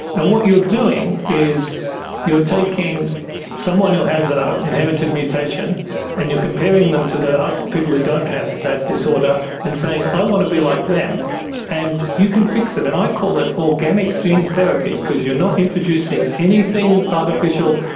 and what you're doing is you're taking someone who has an ah inherited mutation and you're comparing them to the people who don't have that disorder and saying i want to be like them and you can fix it. and i call it organic gene therapy because you are not introducing anything artificial,